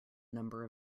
number